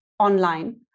online